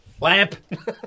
Lamp